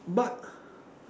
but